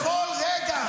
בכל רגע,